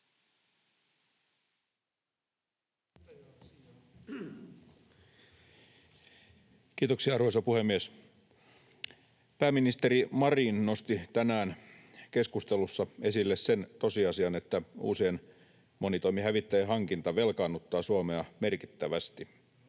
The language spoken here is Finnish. Kiitoksia, arvoisa puhemies! Pääministeri Marin nosti tänään keskustelussa esille sen tosiasian, että uusien monitoimihävittäjien hankinta velkaannuttaa Suomea merkittävästi: